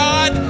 God